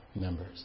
members